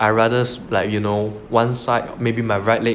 I rather like you know one side maybe my right leg